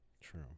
True